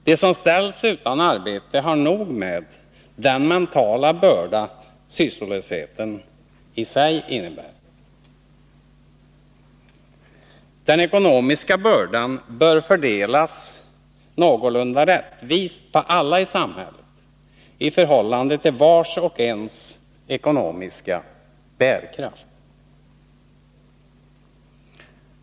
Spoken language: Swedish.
De som ställs utan arbete har nog med den mentala börda sysslolösheten i sig innebär. Den ekonomiska bördan bör fördelas någorlunda rättvist på alla i samhället i förhållande till vars och ens ekonomiska bärkraft.